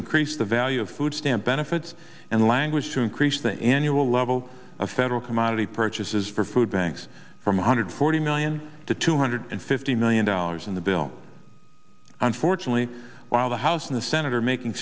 increase the value of food stamp benefits and language to increase the annual level of federal commodity purchases for food banks from one hundred forty million to two hundred and fifty million dollars in the bill unfortunately while the house and the senate are making